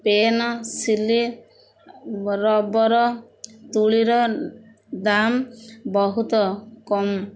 ପେନସିଲି rubber ତୂଳୀର ଦାମ୍ ବହୁତ କମ୍